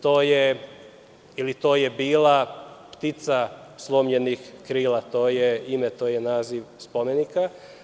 To je ili to je bila „Ptica slomljenih krila“, to je ime, naziv spomenika.